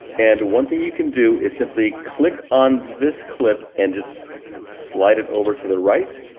and one thing you can do is simply click on this clip and just slide it over to the right,